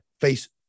face